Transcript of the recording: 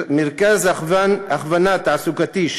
מרכז הכוונה תעסוקתית,